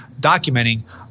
documenting